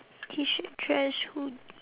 T shirt trash who